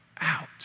out